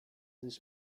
this